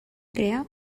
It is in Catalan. crear